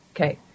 Okay